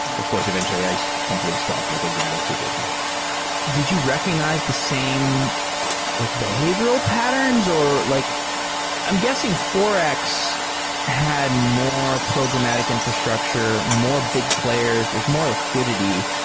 of course, eventually, i completely stopped because i got too busy did you recognize the same like behavioral patterns, or like i'm guessing forex had more programmatic infrastructure, more big players. there's more liquidity.